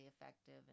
effective